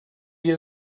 you